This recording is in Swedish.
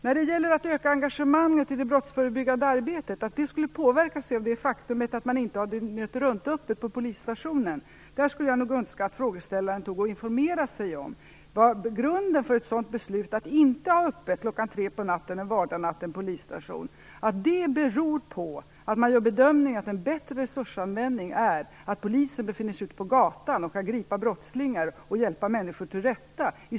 När det gäller att engagemanget i det brottsförebyggande arbetet skulle påverkas av det faktum att man inte har dygnetruntöppet på polisstationen skulle jag nog önska att frågeställaren informerade sig om grunden för ett beslut om att inte ha öppet kl. 3 en vardagsnatt på en polisstation. Det beror på att man gör den bedömningen att det är en bättre resursanvändning att polisen i stället för att sitta på polisstationen befinner sig ute på gatan för att gripa brottslingar och hjälpa människor till rätta.